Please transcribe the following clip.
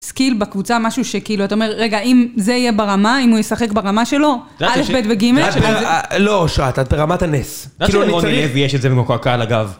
סקיל בקבוצה, משהו שכאילו אתה אומר: "רגע, אם זה יהיה ברמה. אם הוא יישחק ברמה שלו. א' ב' וג'". לא אושרת, את ברמת הנס. את יודעת שלרוני לוי יש את זה מקועקע על הגב.